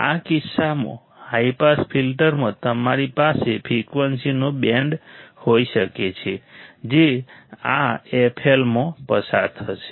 આ કિસ્સામાં high pass ફિલ્ટરમાં તમારી પાસે ફ્રિકવન્સીનો બેન્ડ હોઈ શકે છે જે આ f L માંથી પસાર થશે